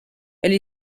elle